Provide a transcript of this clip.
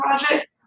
Project